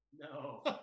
No